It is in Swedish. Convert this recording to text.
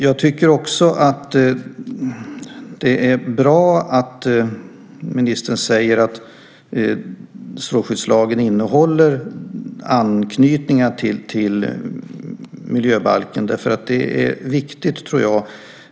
Jag tycker också att det är bra att ministern säger att strålskyddslagen innehåller anknytningar till miljöbalken, därför att det är viktigt, tror jag.